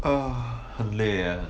很累 leh